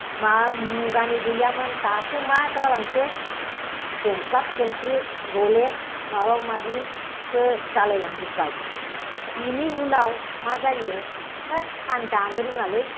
मा मुगानि गैयामोन दाथ' मा जालांखो जोंख्लाब जोंख्लिब लुरेक्स माबा माबिसो जालायलांजोब्बाय बिनि उनाव मा जायो होद आं दानो रोङालै